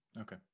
Okay